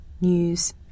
News